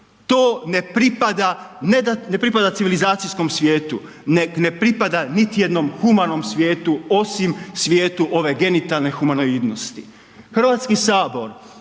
da ne pripada civilizacijskom svijetu nego ne pripada niti jednom humanom svijetu osim svijetu ove genitalne humanoidnosti. Hrvatski sabor